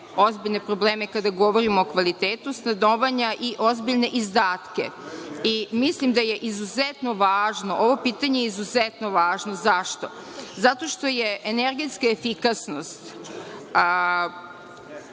Ozbiljne probleme, kada govorimo o kvalitetu stanovanja i ozbiljne izdatke. Mislim da je ovo pitanje izuzetno važno. Zašto? Zato što je energetska efikasnost,